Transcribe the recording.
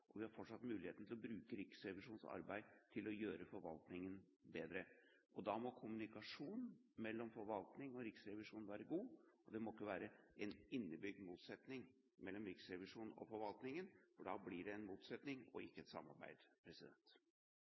og vi har fortsatt muligheten til å bruke Riksrevisjonens arbeid til å gjøre forvaltningen bedre. Da må kommunikasjonen mellom forvaltningen og Riksrevisjonen være god. Det må ikke være en innebygd motsetning mellom Riksrevisjonen og forvaltningen, for da blir det en motsetning og ikke et samarbeid.